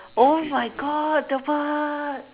oh my God that part